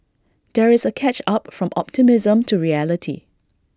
there is A catch up from optimism to reality